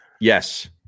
Yes